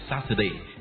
Saturday